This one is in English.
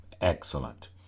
Excellent